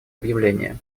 объявление